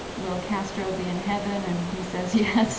will castro be in heaven? and he says, yes,